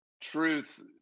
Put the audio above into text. Truth